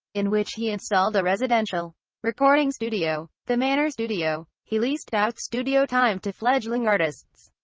in which he installed a residential recording studio, the manor studio. he leased out studio time to fledgling artists,